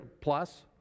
plus